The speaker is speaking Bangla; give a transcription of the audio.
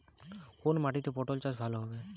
কোন মাটিতে পটল চাষ ভালো হবে?